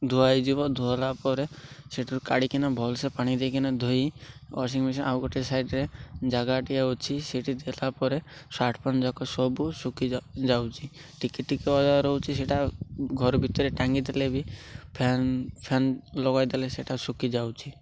ଧୁଆଇଯିବ ଧୋଇଲା ପରେ ସେଠାରୁ କାଢ଼ିକିନା ଭଲସେ ପାଣି ଦେଇକିନା ଧୋଇ ୱାଶିଂ ମେସିନ୍ ଆଉ ଗୋଟେ ସାଇଡ଼୍ରେ ଜାଗାଟିଏ ଅଛି ସେଇଠି ଦେଲା ପରେ ସାର୍ଟ୍ ପ୍ୟାଣ୍ଟ୍ ଯାକ ସବୁ ଶୁଖି ଯାଉଛି ଟିକେ ଟିକେ ଓଦା ରହୁଛି ସେଇଟା ଘର ଭିତରେ ଟାଙ୍ଗିଦେଲେ ବି ଫ୍ୟାନ୍ ଫ୍ୟାନ୍ ଲଗାଇଦେଲେ ସେଇଟା ଶୁଖି ଯାଉଛି